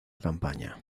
campaña